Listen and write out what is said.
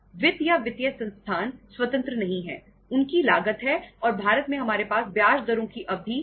वित्त या वित्तीय संसाधन स्वतंत्र नहीं हैं उनकी लागत है और भारत में हमारे पास ब्याज दरों की अवधि संरचना है